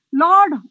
Lord